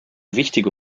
wichtige